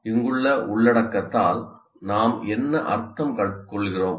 இங்குள்ள உள்ளடக்கத்தால் நாம் என்ன அர்த்தம் கொள்ளுகிறோம்